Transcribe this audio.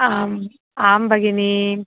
आम् आं भगिनि